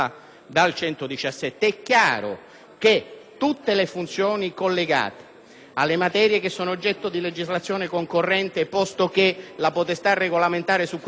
alle materie che sono oggetto di legislazione concorrente (posto che la potestà regolamentare su questa materia è di competenza esclusiva delle Regioni) e tutte le materie che riguardano